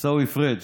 עיסאווי פריג'